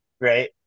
right